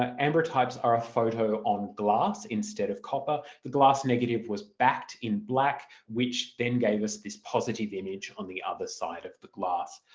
ambrotypes are a photo on glass instead of copper. the glass negative was backed in black which then gave us this positive image on the other side of the glass.